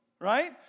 Right